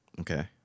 okay